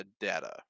data